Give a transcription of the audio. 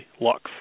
Lux